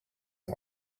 you